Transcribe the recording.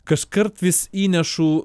kaskart vis įnešu